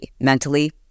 mentally